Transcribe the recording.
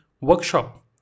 Workshop